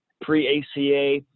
pre-ACA